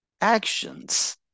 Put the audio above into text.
actions